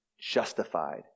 justified